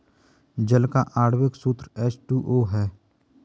जल का आण्विक सूत्र एच टू ओ है